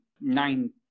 nine